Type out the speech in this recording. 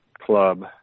club